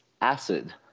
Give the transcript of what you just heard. acid